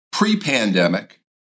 Pre-pandemic